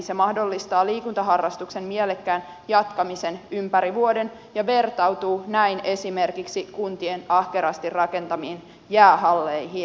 se mahdollistaa liikuntaharrastuksen mielekkään jatkamisen ympäri vuoden ja vertautuu näin esimerkiksi kuntien ahkerasti rakentamiin jäähalleihin